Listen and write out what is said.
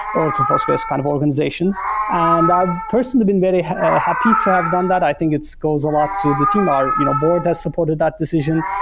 or to postgres kind of organizations. and i personally been very happy to have done that. i think it so goes a lot to the team. our you know board has supported that decisions,